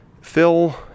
Phil